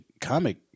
comic